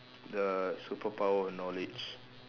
the superpower of knowledge